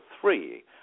three